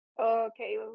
Okay